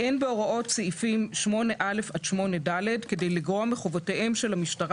אין בהוראות סעיפים 8א עד 8ד כדי לגרוע מחובותיהם של המשטרה